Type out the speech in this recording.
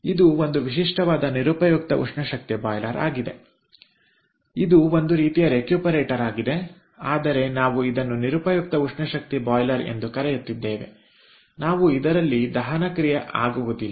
ಇದು ಒಂದು ವಿಶಿಷ್ಟವಾದ ನಿರುಪಯುಕ್ತ ಉಷ್ಣಶಕ್ತಿ ಬಾಯ್ಲರ್ ಇದು ಒಂದು ರೀತಿಯ ರೆಕ್ಯೂಪರೇಟರ್ ಆಗಿದೆ ಆದರೆ ನಾವು ಇದನ್ನು ನಿರುಪಯುಕ್ತ ಉಷ್ಣಶಕ್ತಿ ಬಾಯ್ಲರ್ ಎಂದು ಕರೆಯುತ್ತಿದ್ದೇವೆ ನಾವು ಅಂದುಕೊಳ್ಳುವಂತೆ ಇದರಲ್ಲಿ ದಹನ ಕ್ರಿಯೆ ಆಗುವುದಿಲ್ಲ